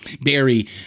Barry